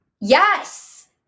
Yes